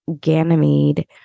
Ganymede